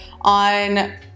on